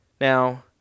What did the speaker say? Now